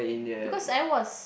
because I was